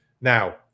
Now